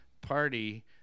party